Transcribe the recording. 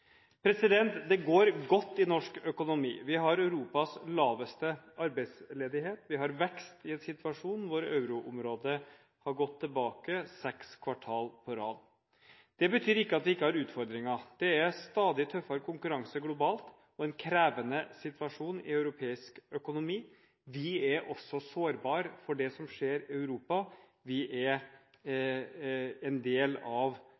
Det går godt i norsk økonomi. Vi har Europas laveste arbeidsledighet, og vi har vekst i en situasjon hvor euroområdet har gått tilbake seks kvartal på rad. Det betyr ikke at vi ikke har utfordringer. Det blir stadig tøffere konkurranse globalt, og det er en krevende situasjon i europeisk økonomi. Vi er også sårbare for det som skjer i Europa. Vi er en del av